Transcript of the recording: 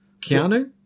Keanu